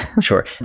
Sure